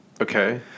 Okay